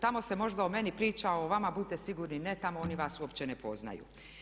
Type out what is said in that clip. Tamo se možda o meni priča a o vama budite sigurni ne, tamo oni vas uopće ne poznaju.